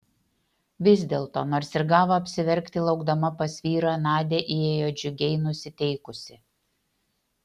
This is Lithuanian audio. vis dėlto nors ir gavo apsiverkti laukdama pas vyrą nadia įėjo džiugiai nusiteikusi